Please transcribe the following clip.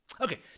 Okay